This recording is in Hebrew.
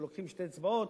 שרוצים שתי אצבעות,